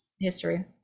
history